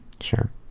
Sure